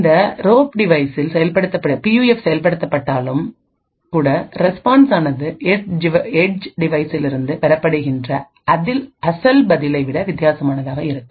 இந்த ரோப் டிவைசில் பியூஎஃப் செயல்படுத்தப்பட்டாலும் கூட ரெஸ்பான்ஸ் ஆனது ஏட்ஜ் டிவைஸ்சிலிருந்து பெறப்படுகின்ற அசல் பதிலை விட வித்தியாசமாக இருக்கும்